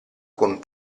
con